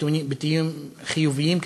בתיאורים חיוביים,